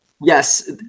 Yes